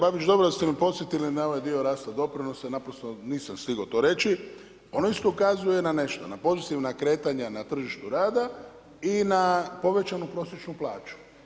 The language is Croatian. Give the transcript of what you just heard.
Da kolega Babić, dobro ste me podsjetili na ovaj dio rasta doprinosa, jer naprosto nisam stigao to reći, on isto ukazuje na nešto, na pozitivna kretanja na tržištu rada i na povećanu prosječnu plaću.